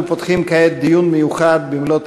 אנחנו פותחים כעת דיון מיוחד במלאות